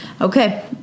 Okay